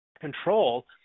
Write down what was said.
control